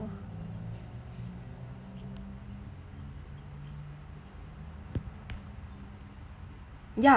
ya